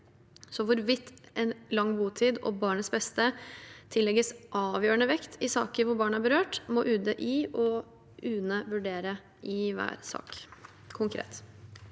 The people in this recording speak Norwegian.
Hvorvidt lang botid og barnets beste tillegges avgjørende vekt i saker hvor barn er berørt, må UDI og UNE vurdere konkret i hver sak.